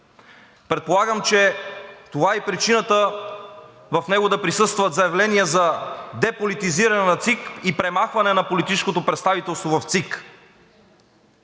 Предполагам, че това е и причината в него да присъстват заявления за деполитизиране на ЦИК и премахване на политическото представителство в ЦИК.